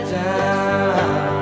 down